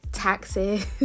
taxes